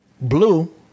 Blue